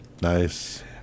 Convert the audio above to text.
Nice